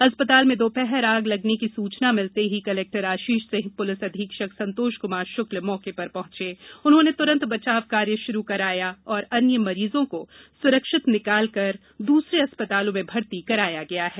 अस्पताल में दोपहर आग लगने की सूचना मिलते ही कलेक्टर आशीष सिंह पुलिस अधीक्षक संतोष कुमार शुक्ल मौके पर पहुंचे उन्होंने त्रंत बचाव कार्य शुरू कराया और अन्य मरीजों को सुरक्षित निकाल कर दूसरे अस्पतालों में भर्ती कराया गया है